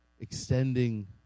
extending